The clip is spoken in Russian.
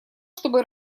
чтобы